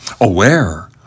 aware